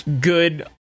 good